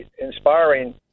inspiring